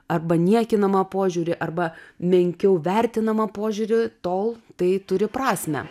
arba niekinamą požiūrį arba menkiau vertinamą požiūrį tol tai turi prasmę